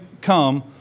come